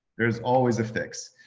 there's always a fix.